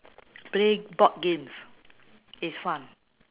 play board games is fun